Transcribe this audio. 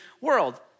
world